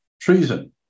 treason